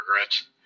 regrets